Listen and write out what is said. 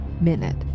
MINUTE